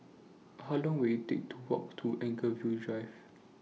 How Long Will IT Take to Walk to Anchorvale Drive